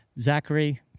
Zachary